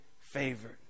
favored